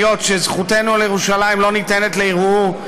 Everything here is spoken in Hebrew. היות שזכותנו על ירושלים לא ניתנת לערעור,